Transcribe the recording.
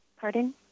Pardon